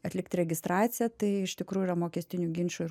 atlikti registraciją tai iš tikrųjų yra mokestinių ginčų